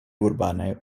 urbanoj